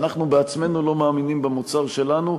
ואנחנו עצמנו לא מאמינים במוצר שלנו,